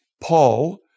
Paul